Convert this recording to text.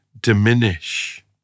diminish